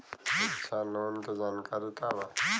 शिक्षा लोन के जानकारी का बा?